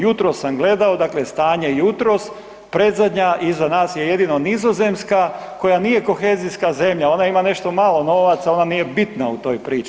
Jutros sam gledao, dakle stanje jutros, predzadnja, iza nas je jedino Nizozemska koja nije kohezijska zemlja, ona ima nešto malo novaca, ona nije bitna u toj priči.